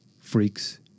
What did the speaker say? Freaks